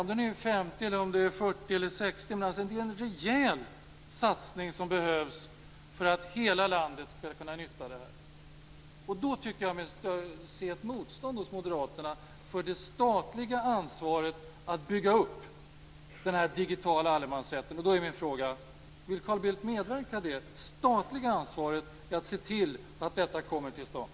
Oavsett om det rör sig om 50, 40 eller 60 miljarder behövs det en rejäl satsning för att hela landet skall kunna få nytta av det. Jag tycker mig se ett motstånd från moderaterna mot ett statligt ansvar för att bygga upp den här digitala allemansrätten. Min fråga är: Vill Carl Bildt medverka till ett statligt ansvar för att se till att detta kommer till stånd?